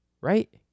Right